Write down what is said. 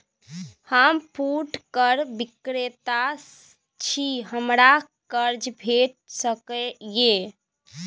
हम फुटकर विक्रेता छी, हमरा कर्ज भेट सकै ये?